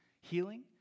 healing